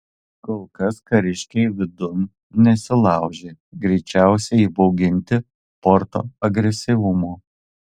kol kas kariškiai vidun nesilaužė greičiausiai įbauginti porto agresyvumo